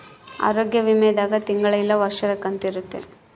ಆರೋಗ್ಯ ವಿಮೆ ದಾಗ ತಿಂಗಳ ಇಲ್ಲ ವರ್ಷದ ಕಂತು ಇರುತ್ತ